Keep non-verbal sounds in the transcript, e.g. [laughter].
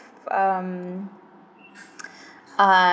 um [noise] uh